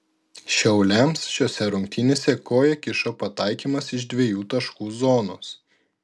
šiauliams šiose rungtynėse koją kišo pataikymas iš dviejų tašų zonos